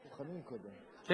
כן.